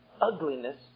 ugliness